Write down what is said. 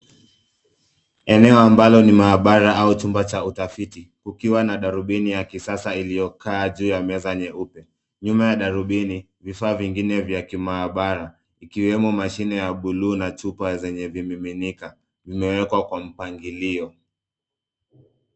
Eneo ambalo ni maabara au chumba cha utafiti ukiwa na darubini ya kisasa iliyokaa juu ya meza nyeupe .Nyuma ya darubini vifaa vingine vya kimaabara ikiwemo mashine ya bluu na chupa zenye vimiminika vimewekwa kwa mpangilio.